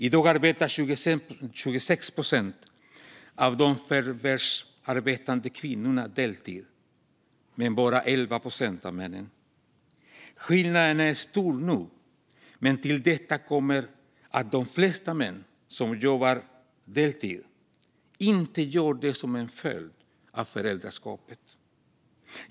I dag arbetar 26 procent av de förvärvsarbetande kvinnorna deltid men bara 11 procent av männen. Skillnaden är stor nog, men till detta kommer att de flesta män som jobbar deltid inte gör det som en följd av föräldraskapet.